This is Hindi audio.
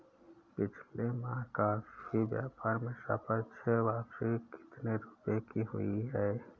पिछले माह कॉफी व्यापार में सापेक्ष वापसी कितने रुपए की हुई?